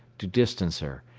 to distance her,